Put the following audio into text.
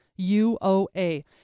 UOA